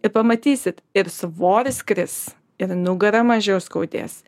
ir pamatysit ir svoris kris ir nugarą mažiau skaudės